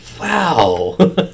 wow